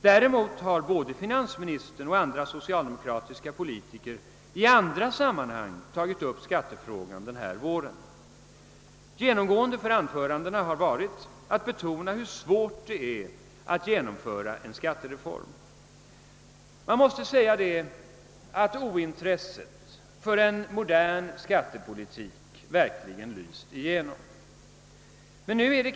Däremot har både finansministern och andra socialdemokratiska politiker i andra sammanhang denna vår tagit upp skattefrågan. Ett genomgående drag i anförandena har varit att man betonat hur svårt det är att genomföra en skattereform. Ointresset för en modern skattepolitik har verkligen lyst igenom.